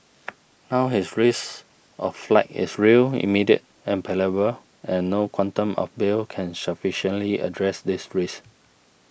now his risk of flight is real immediate and palpable and no quantum of bail can sufficiently address this risk